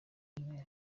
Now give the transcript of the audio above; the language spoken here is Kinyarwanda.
remera